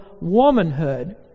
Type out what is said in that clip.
womanhood